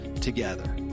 together